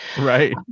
right